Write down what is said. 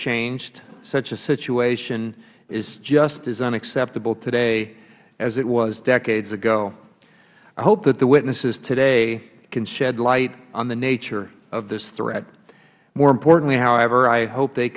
changed such a situation is just as unacceptable today as it was decades ago i hope that the witnesses today can shed light on the nature of this threat more importantly however i hope they